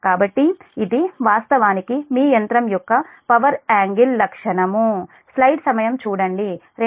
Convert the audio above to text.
కాబట్టి ఇది వాస్తవానికి మీ యంత్రం యొక్క పవర్ యాంగిల్ లక్షణం